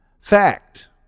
Fact